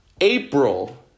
April